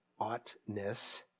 oughtness